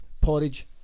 porridge